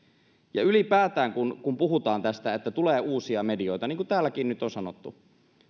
ja ylipäätään kun kun puhutaan tästä että tulee uusia medioita niin kuin täälläkin nyt on sanottu